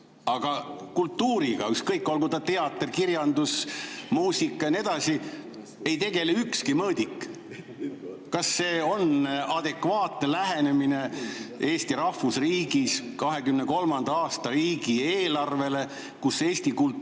Aga kultuuriga, ükskõik, olgu ta teater, kirjandus, muusika või nii edasi, ei tegele ükski mõõdik. Kas see on adekvaatne lähenemine Eesti rahvusriigis 2023. aasta riigieelarvele, kui eesti kultuuri